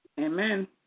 Amen